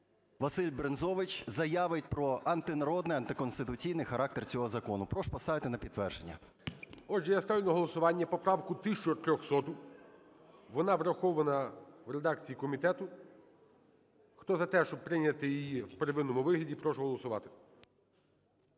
Василь Брензович заявить про антинародний, антиконституційний характер цього закону. Прошу поставити на підтвердження. ГОЛОВУЮЧИЙ. Отже, я ставлю на голосування поправку 1300, вона врахована в редакції комітету. Хто за те, щоб прийняти її в первинному вигляді, прошу голосувати.